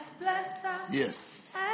Yes